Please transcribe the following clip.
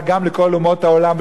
אלא גם לכל אומות העולם,